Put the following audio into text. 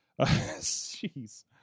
Jeez